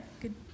Good